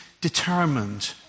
determined